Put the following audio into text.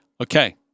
Okay